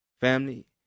Family